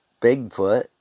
Bigfoot